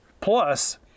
plus